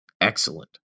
excellent